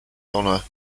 honour